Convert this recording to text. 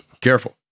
careful